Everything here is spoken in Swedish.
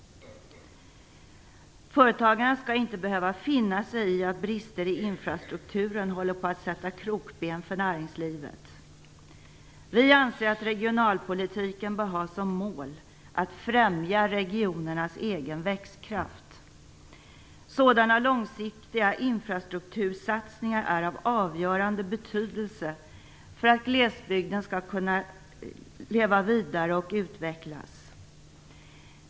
Företagarna skall inte behöva finna sig i att brister i infrastrukturen håller på att sätta krokben för näringslivet. Vi anser att regionalpolitiken bör ha som mål att främja regionernas egen växtkraft. Sådana långsiktiga infrastruktursatsningar är av avgörande betydelse för att glesbygden skall kunna leva vidare och utvecklas.